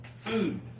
food